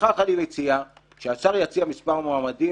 לפיכך אני מציע שהשר יציע מספר מועמדים